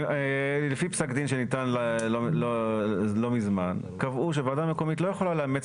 לפי פסק דין שניתן לא מזמן קבעו שוועדה מקומית לא יכולה לאמץ